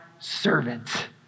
servant